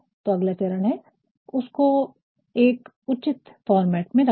तो अगला चरण है इसको एक उचित फॉर्मेट में रखना